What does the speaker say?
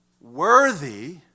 Worthy